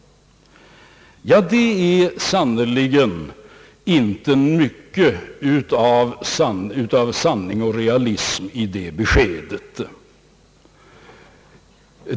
Det är sannerligen inte mycket sanning och realism i detta påstående.